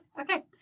Okay